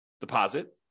deposit